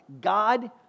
God